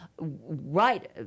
right